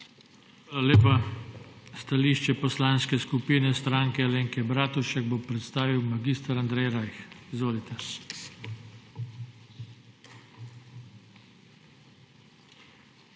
Hvala lepa. Stališče Poslanske skupine Stranke Alenke Bratušek bo predstavil mag. Andrej Rajh. Izvolite.